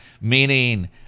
meaning